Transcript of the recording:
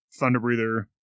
Thunderbreather